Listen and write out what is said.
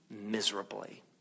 Miserably